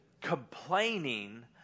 complaining